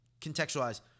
contextualize